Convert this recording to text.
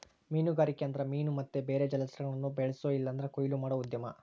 ಮೀನುಗಾರಿಕೆ ಅಂದ್ರ ಮೀನು ಮತ್ತೆ ಬೇರೆ ಜಲಚರಗುಳ್ನ ಬೆಳ್ಸೋ ಇಲ್ಲಂದ್ರ ಕೊಯ್ಲು ಮಾಡೋ ಉದ್ಯಮ